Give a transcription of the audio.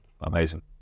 amazing